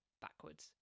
backwards